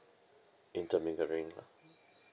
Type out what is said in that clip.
intermingling lah